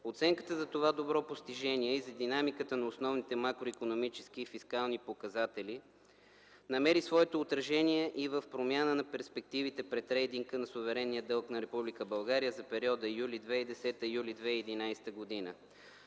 Оценката за това добро постижение и за динамиката на основните макроикономически и фискални показатели намери своето отражение и в промяна на перспективите пред рейтинга на суверенния дълг на Република България за периода юли 2010 – юли